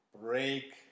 Break